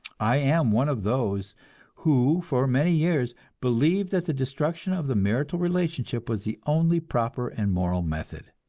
i am one of those who for many years believed that the destruction of the marital relationship was the only proper and moral method.